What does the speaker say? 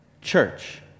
church